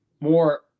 more